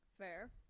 Fair